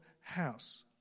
house